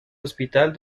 hospital